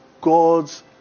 God's